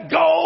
go